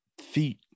feet